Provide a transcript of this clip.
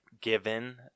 given